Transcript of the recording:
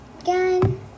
again